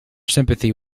sympathy